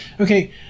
Okay